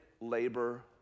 labor